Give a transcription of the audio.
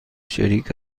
شریک